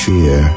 Fear